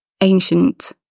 ancient